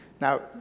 Now